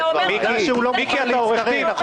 אתה עורך דין?